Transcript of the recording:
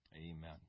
Amen